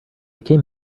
came